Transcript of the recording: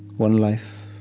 one life